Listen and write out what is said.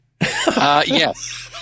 Yes